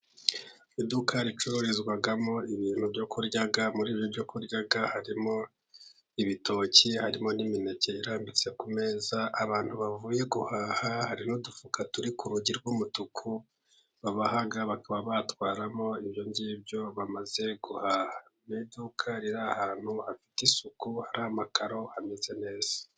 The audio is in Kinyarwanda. Iduka ricururizwamo ibintu byo kurya muri ibi byo kurya harimo ibitoki, harimo n'imineke irambitse ku meza. Abantu bavuye guhaha hari n'udufuka turi ku rugi rw'umutuku, aka bakaba batwaramo ibyo ngibyo bamaze guhaha. Mu iduka riri ahantu hafite isuku hari amakaro, hameze neza.